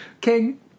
king